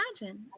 imagine